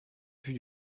vue